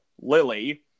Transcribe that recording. Lily